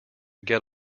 get